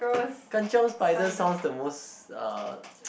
Kan-Chiong spider sounds the most uh